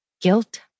guilt